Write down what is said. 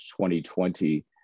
2020